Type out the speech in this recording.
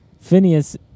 Phineas